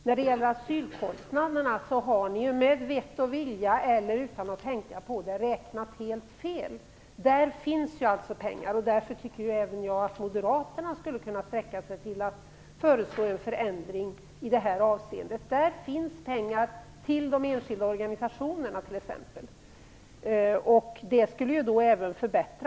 När det gäller asylkostnaderna har ni - med vett och vilja eller utan att tänka på det - räknat helt fel. Där finns alltså pengar, och därför tycker även jag att moderaterna skulle kunna sträcka sig till att föreslå en förändring i det avseendet. Där finns pengar t.ex. till de enskilda organisationerna.